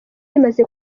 imaze